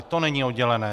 To není oddělené.